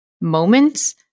moments